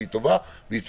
והיא טובה והיא צודקת.